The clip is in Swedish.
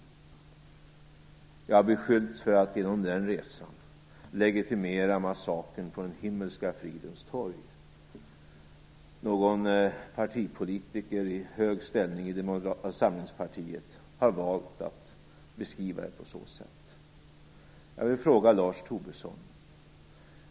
Jag har beskyllts för att genom den resan legitimera massakern på Himmelska fridens torg. Någon partipolitiker i hög ställning i Moderata samlingspartiet har valt att beskriva det på detta sätt. Jag vill ställa en fråga till Lars Tobisson.